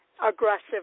aggressive